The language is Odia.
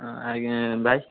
ଅଁ ଆଜ୍ଞା ଭାଇ